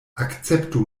akceptu